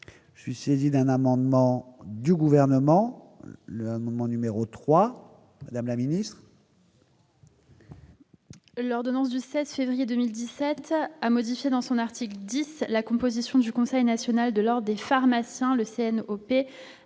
je suis saisi. Un amendement du gouvernement le moment numéro 3 madame la Ministre. L'ordonnance du 16 février 2017 a modifié, dans son article 10 la composition du Conseil national de l'Ordre des pharmaciens, le CNE